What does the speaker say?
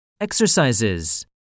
Exercises